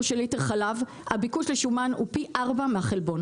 של ליטר חלב הביקוש לשומן הוא פי 4 מהחלבון.